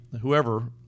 whoever